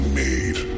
made